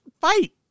fight